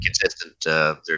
consistent